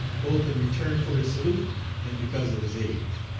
both in return for his salute and because of his age.